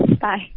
bye